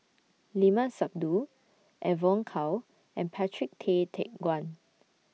Limat Sabtu Evon Kow and Patrick Tay Teck Guan